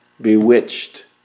Bewitched